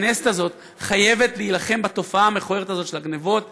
הכנסת הזאת חייבת להילחם בתופעה המכוערת הזאת של הגנבות.